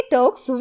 Talks